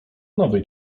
nowej